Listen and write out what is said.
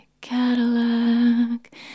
Cadillac